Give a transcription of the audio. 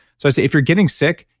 so i say if you're getting sick,